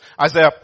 Isaiah